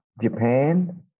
Japan